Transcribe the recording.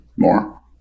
more